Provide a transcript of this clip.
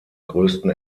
größten